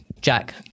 Jack